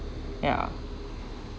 ya